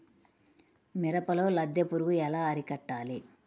మిరపలో లద్దె పురుగు ఎలా అరికట్టాలి?